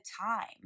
time